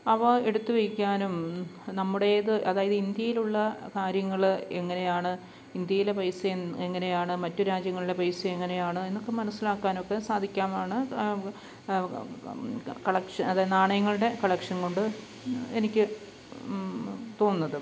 അവ എടുത്തു വെക്കാനും നമ്മുടേത് അതായത് ഇന്ത്യയിലുള്ള കാര്യങ്ങൾ എങ്ങനെയാണ് ഇന്ത്യയിലെ പൈസ എൻ എങ്ങനെയാണ് മറ്റു രാജ്യങ്ങളിലെ പൈസ എങ്ങനെയാണ് എന്നൊക്കെ മനസ്സിലാക്കാൻ ഒക്കെ സാധിക്കാനാണ് കളക്ഷൻ അതു നാണയങ്ങളുടെ കളക്ഷൻ കൊണ്ട് എനിക്ക് തോന്നുന്നത്